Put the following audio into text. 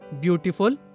beautiful